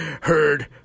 heard